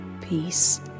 peace